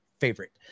favorite